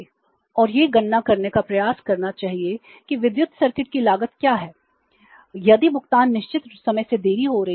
और यह गणना करने का प्रयास करें कि विद्युत सर्किट की लागत क्या है यदि भुगतान निश्चित समय से देरी हो रही है